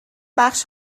بخش